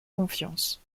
confiance